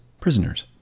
prisoners